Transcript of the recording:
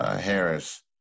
Harris